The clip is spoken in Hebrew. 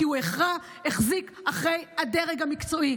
כי הוא החרה החזיק אחרי הדרג המקצועי.